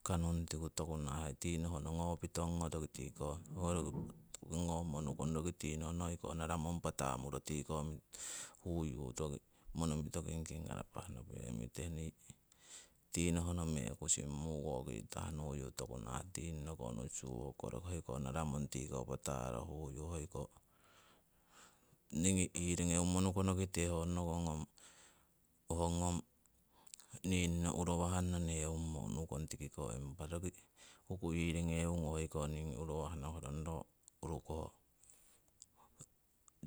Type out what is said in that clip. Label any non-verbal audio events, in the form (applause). Kanung tiku toku nahah tii nohno ngopitong, ho roki ngomo nukong, roki tii nohno hoiko naramong patamuro tiko huyu roki kingking arapah nepemite. Nii tii nohno mekusing mukoki itah nuyu toku nahah tingnoko nusu hoko roki hoko naramong tiko pata'ro huyu ningi irengeumo nukonokite ho ngom ningno urowah newummo nu'kong, (unintelligible) impa roki urukoh